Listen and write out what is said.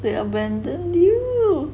they abandon you